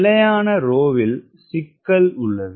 நிலையான ரோவில் சிக்கல் உள்ளது